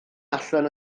allan